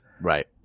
Right